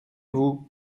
vous